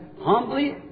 humbly